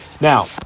Now